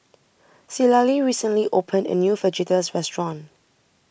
Citlali recently opened a new Fajitas Restaurant